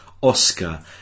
Oscar